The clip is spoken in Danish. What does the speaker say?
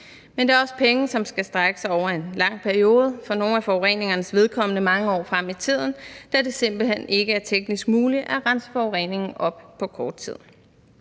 Men det er også penge, som skal strække sig over en lang periode, for nogle af forureningernes vedkommende mange år frem i tiden, da det simpelt hen ikke er teknisk muligt at rense forureningen op på kort tid.